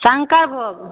शंकर भोग